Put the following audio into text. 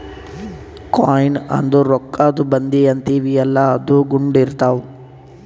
coin ಅಂದುರ್ ರೊಕ್ಕಾದು ಬಂದಿ ಅಂತೀವಿಯಲ್ಲ ಅದು ಗುಂಡ್ ಇರ್ತಾವ್